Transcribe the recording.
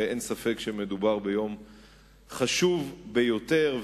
אין ספק שמדובר ביום חשוב ביותר.